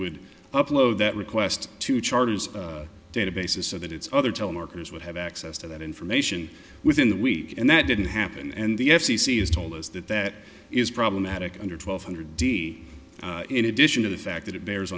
would upload that request to charter's databases so that it's other telemarketers would have access to that information within the week and that didn't happen and the f c c has told us that that is problematic under twelve hundred d in addition to the fact that it bears